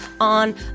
on